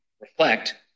reflect